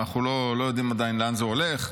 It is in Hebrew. אנחנו לא יודעים עדיין לאן זה הולך.